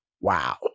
wow